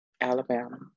Alabama